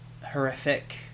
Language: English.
horrific